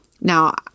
Now